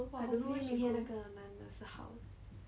!wah! I don't know whether 那个男的是好的